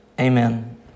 amen